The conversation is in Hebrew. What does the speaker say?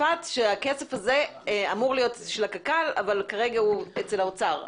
צפת והכסף הזה אמור להיות של הקק"ל אבל כרגע הוא אצל האוצר.